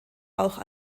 auch